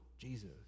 Jesus